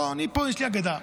לא, יש לי פה הגדה.